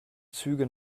züge